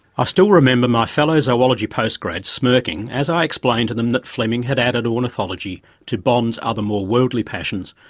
ah still remember my fellow zoology post-grads smirking as i explained to them that fleming had added ornithology to bond's other more worldly passions,